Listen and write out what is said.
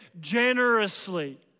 generously